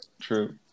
True